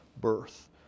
birth